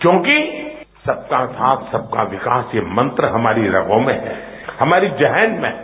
क्योंकि सबका साथ सबका विश्वास ये मंत्र हमारी रगों में हैं हमारे जहन में है